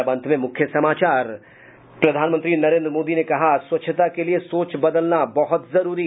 और अब अंत में मुख्य समाचार प्रधानमंत्री नरेन्द्र मोदी ने कहा स्वच्छता के लिए सोच बदलना बहुत जरूरी है